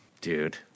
Dude